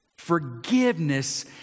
forgiveness